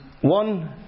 one